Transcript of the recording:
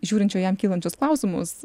žiūrinčio jam kylančius klausimus